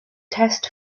test